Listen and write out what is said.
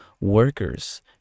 workers